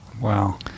Wow